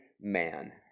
man